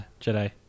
Jedi